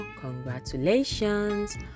congratulations